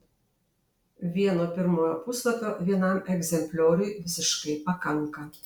vieno pirmojo puslapio vienam egzemplioriui visiškai pakanka